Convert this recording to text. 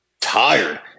tired